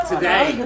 Today